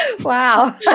Wow